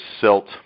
silt